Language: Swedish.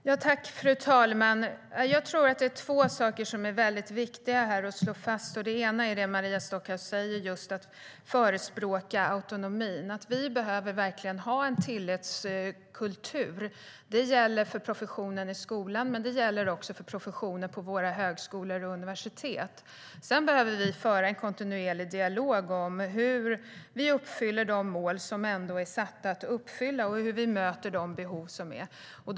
Fru ålderspresident! Jag tror att två saker är viktiga att slå fast. Den ena är det som Maria Stockhaus säger om att förespråka autonomi. Vi behöver verkligen ha en tillitskultur. Det gäller för professionen i skolan, men det gäller också för professionen på våra högskolor och universitet. Sedan behöver vi föra en kontinuerlig dialog om hur vi uppfyller de mål som är satta att uppfyllas och hur vi möter de behov som finns.